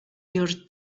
your